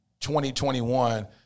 2021